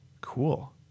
Cool